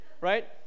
right